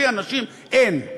בלי אנשים, אין.